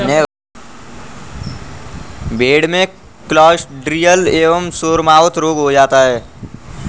भेड़ में क्लॉस्ट्रिडियल एवं सोरमाउथ रोग हो जाता है